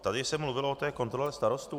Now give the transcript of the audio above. Tady se mluvilo o té kontrole starostů.